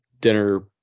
dinner